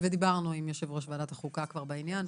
ודיברנו עם יושב ראש ועדת החוקה כבר בעניין.